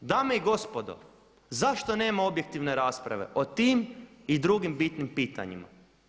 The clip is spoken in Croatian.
Dame i gospodo, zašto nema objektivne rasprave o tim i drugim bitnim pitanjima?